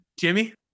Jimmy